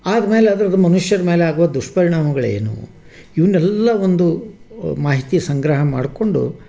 ಆದ್ಮೇಲೆ ಅದ್ರದು ಮನುಷ್ಯರ ಮೇಲಾಗುವ ದುಷ್ಪರಿಣಾಮಗಳೇನು ಇವನ್ನೆಲ್ಲ ಒಂದು ಮಾಹಿತಿ ಸಂಗ್ರಹ ಮಾಡಿಕೊಂಡು